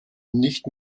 nicht